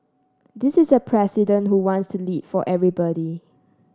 this is a president who wants to lead for everybody